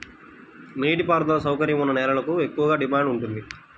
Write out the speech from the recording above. నీటి పారుదల సౌకర్యం ఉన్న నేలలకు ఎక్కువగా డిమాండ్ ఉంటుంది